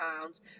pounds